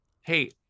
Hey